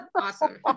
awesome